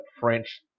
French